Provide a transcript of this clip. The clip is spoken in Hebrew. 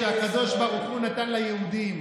שהקדוש ברוך הוא נתן ליהודים.